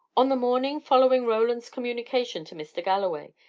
on the morning following roland's communication to mr. galloway,